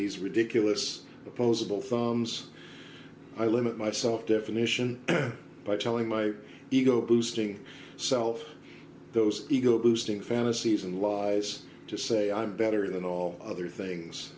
thumbs i limit myself definition by telling my ego boosting self those ego boosting fantasies and lies to say i'm better than all other things